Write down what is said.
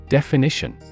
Definition